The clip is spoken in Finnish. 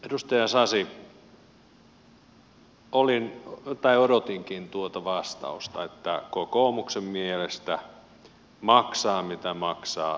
edustaja sasi odotinkin tuota vastausta että kokoomuksen mielestä maksaa mitä maksaa suomen on pysyttävä eussa